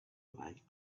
like